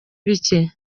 bike